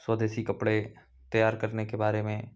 स्वदेशी कपड़े तैयार करने के बारे में